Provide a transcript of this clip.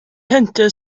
hunter